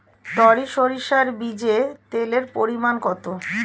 টরি সরিষার বীজে তেলের পরিমাণ কত?